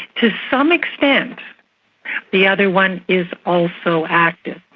to some extent the other one is also active.